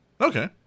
Okay